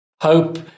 hope